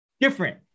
Different